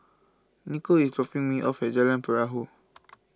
Nikko is dropping me off at Jalan Perahu